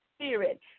Spirit